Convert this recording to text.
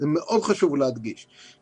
מאד חשוב להדגיש את זה.